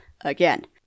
again